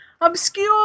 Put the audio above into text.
Obscure